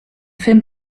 film